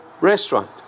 restaurant